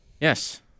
Yes